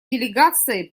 делегации